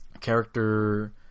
character